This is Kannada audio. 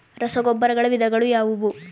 ರಸಗೊಬ್ಬರಗಳ ವಿಧಗಳು ಯಾವುವು?